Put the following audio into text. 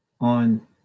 on